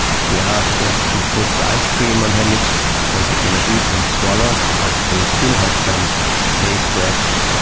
she asked us to put ice cream on her lips, of course they cannot eat and swallow but they still have some taste left.